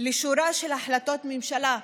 לשורה של החלטות ממשלה,